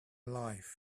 life